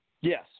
Yes